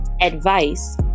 advice